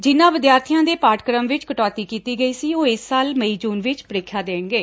ਜਿਨਾਂ ਵਿਦਿਆਰਬੀਆਂ ਦੇ ਪਾਠਕੁਮ ਵਿਚ ਕਟੋਤੀ ਕੀਤੀ ਗਈ ਸੀ ਉਹ ਇਸ ਸਾਲ ਮਈ ਜੁਨ ਵਿਚ ਪ੍ਰੀਖਿਆ ਦੇਣਗੇ